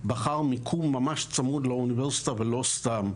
בחר מיקום צמוד לאוניברסיטה ולא סתם.